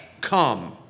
come